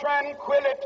tranquility